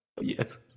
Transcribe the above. yes